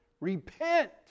Repent